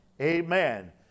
Amen